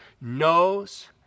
knows